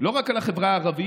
לא רק על החברה הערבית,